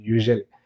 Usually